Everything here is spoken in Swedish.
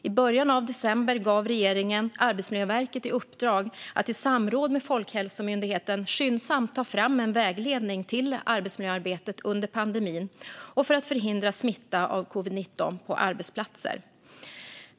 I början av december gav regeringen Arbetsmiljöverket i uppdrag att i samråd med Folkhälsomyndigheten skyndsamt ta fram en vägledning till arbetsmiljöarbetet under pandemin och för att förhindra smitta av covid-19 på arbetsplatser.